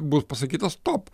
bus pasakyta stop